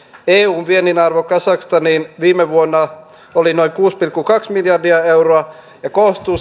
eun viennin arvo kazakstaniin viime vuonna oli noin kuusi pilkku kaksi miljardia euroa ja se koostuu